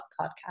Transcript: Podcast